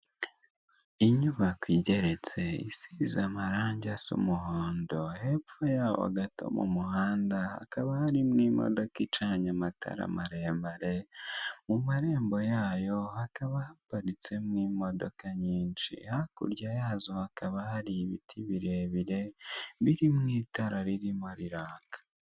Inyubako igeretse isize amarange asa umuhondo hepfo yaho gato mu muhanda hakaba harimo imodoka icanye amatara maremare, mu marembo yayo hakaba haparitsemo imodoka nyinshi hakurya yazo hakaba hari ibiti birebire birimo itara ririmo riraka.